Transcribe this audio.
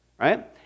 Right